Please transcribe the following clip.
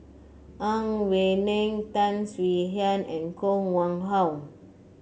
Ang Wei Neng Tan Swie Hian and Koh Nguang How